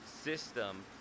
system